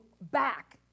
back